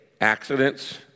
accidents